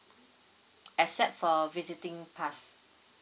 except for visiting pass